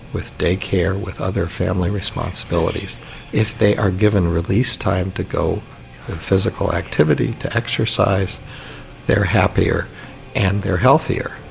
with day care, with other family responsibilities if they are given release time to go to physical activity, to exercise they are happier and they are healthier.